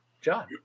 John